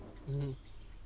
mm